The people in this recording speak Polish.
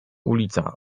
ulica